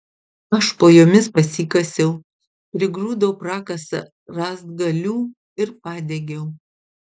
aš po jomis pasikasiau prigrūdau prakasą rąstgalių ir padegiau